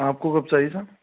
आपको कब चाहिए साहब